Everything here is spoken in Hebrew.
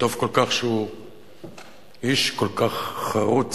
וטוב כל כך שהוא איש כל כך חרוץ,